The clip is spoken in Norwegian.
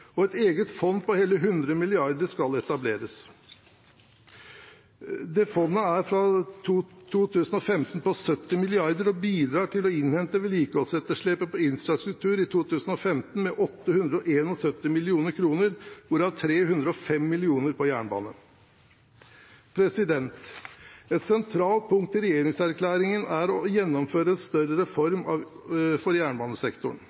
og et eget fond på hele 100 mrd. kr skal etableres. Det fondet er fra 2015 på 70 mrd. kr og bidrar til å innhente vedlikeholdsetterslepet på infrastruktur i 2015 med 871 mill. kr, hvorav 305 mill. kr på jernbane. Et sentralt punkt i regjeringserklæringen er å gjennomføre en større reform av jernbanesektoren, der Jernbaneverket og NSB omorganiseres for